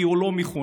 כי הוא לא מכונה.